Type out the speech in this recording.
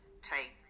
take